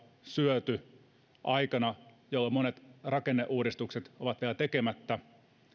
syöty aikana jolloin monet rakenneuudistukset ovat vielä tekemättä